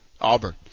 Auburn